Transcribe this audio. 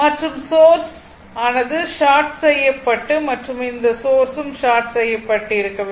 இந்த சோர்ஸ் ஆனது ஷார்ட் செய்யப்பட்டும் மற்றும் இந்த சோர்ஸும் ஷார்ட் செய்யப்பட்டும் இருக்க வேண்டும்